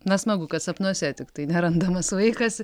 na smagu kad sapnuose tiktai nerandamas vaikas